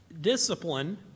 discipline